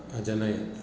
अजनयत्